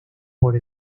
por